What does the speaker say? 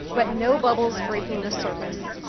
but no bubbles breaking the surface.